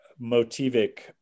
motivic